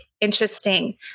interesting